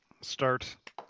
start